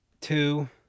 two